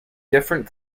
different